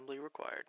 required